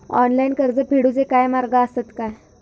Online कर्ज फेडूचे काय मार्ग आसत काय?